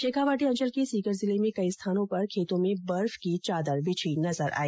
शेखावाटी अंचल के सीकर जिले में कई स्थानों पर खेतो में बर्फ की चादर बिछी नजर आई